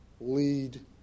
lead